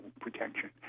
protection